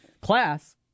class